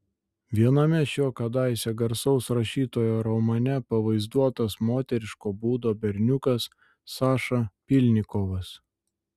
viename šio kadaise garsaus rašytojo romane pavaizduotas moteriško būdo berniukas saša pylnikovas